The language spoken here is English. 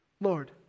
Lord